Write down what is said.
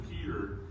Peter